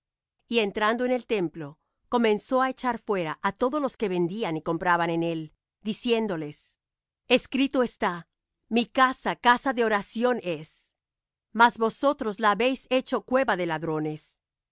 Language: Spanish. y entrando en el templo comenzó á echar fuera á todos los que vendían y compraban en él diciéndoles escrito está mi casa casa de oración es mas vosotros la habéis hecho cueva de ladrones